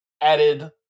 added